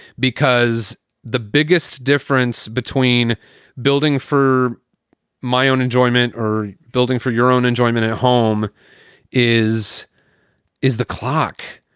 because the biggest difference between building for my own enjoyment or building for your own enjoyment at home is is the clock.